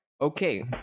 okay